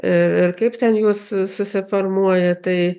ir kaip ten jos susiformuoja tai